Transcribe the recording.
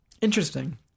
Interesting